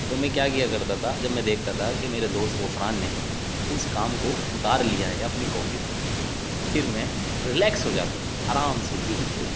تو میں کیا کیا کرتا تھا جب میں دیکھتا تھا کہ میرے دوست غفران نے اس کام کو اتار لیا ہے اپنی کاپی پہ پھر میں ریلیکس ہو جاتا تھا آرام سے بالکل